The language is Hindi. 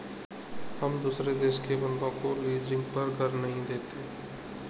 हम दुसरे देश के बन्दों को लीजिंग पर घर नहीं देते